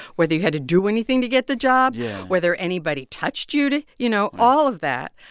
whether you had to do anything to get the job. yeah. whether anybody touched you to you know, all of that.